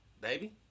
baby